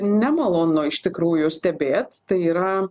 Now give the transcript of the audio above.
nemalonu iš tikrųjų stebėt tai yra